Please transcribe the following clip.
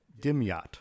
Dimyat